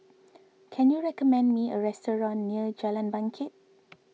can you recommend me a restaurant near Jalan Bangket